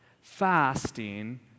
Fasting